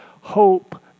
hope